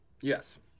yes